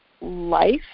life